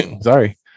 sorry